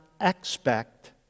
expect